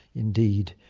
indeed,